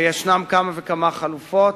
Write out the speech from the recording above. ישנן כמה וכמה חלופות,